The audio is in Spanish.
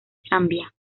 zambia